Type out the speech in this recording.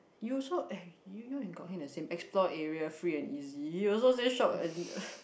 you also eh you and Kok Heng is the same explore area free and easy you also say short and